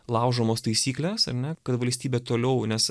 laužomos taisyklės ar ne kad valstybė toliau nes